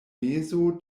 mezo